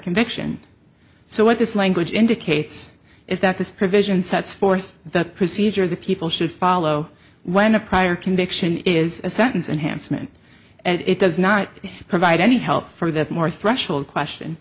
conviction so what this language indicates is that this provision sets forth the procedure that people should follow when a prior conviction is a sentence and hanson and it does not provide any help for that more threshold question